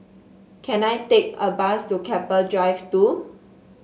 can I take a bus to Keppel Drive Two